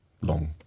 long